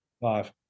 Five